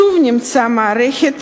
שוב נמצא מערכת